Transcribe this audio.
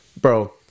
bro